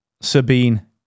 Sabine